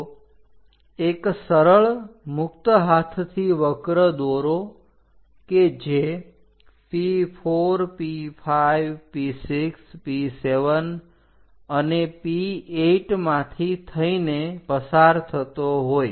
તો એક સરળ મુક્તહાથથી વક્ર દોરો કે જે P4 P5 P6 P7 અને P8 માંથી થઈને પસાર થતો હોય